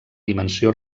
dimensió